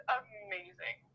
amazing